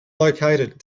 located